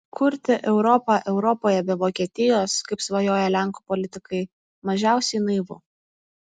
kurti europą europoje be vokietijos kaip svajoja lenkų politikai mažiausiai naivu